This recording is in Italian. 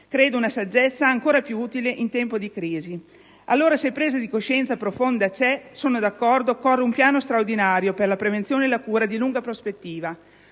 pochi. Una saggezza ancora più utile - credo - in tempo di crisi. Allora se una presa di coscienza profonda c'è, sono d'accordo che occorre un piano straordinario per la prevenzione e la cura di lunga prospettiva.